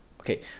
okay